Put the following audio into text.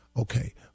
Okay